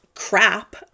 Crap